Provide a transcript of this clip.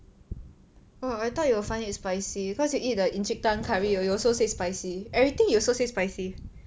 !wah! I thought you will find it spicy cause you eat the Encik Tan curry you you also say spicy everything you also say spicy